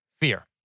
fear